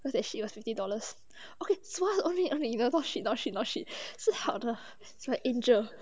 because she was fifty dollars okay so ask only not shit not shit 是好的 it's an angel